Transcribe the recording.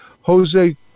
Jose